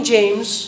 James